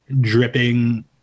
dripping